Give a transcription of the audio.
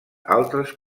altres